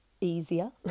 easier